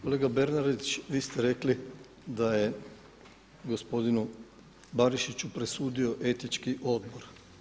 Kolega Bernardić, vi ste rekli da je gospodinu Barišiću presudio etički odbor.